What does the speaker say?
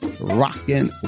rocking